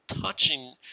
touching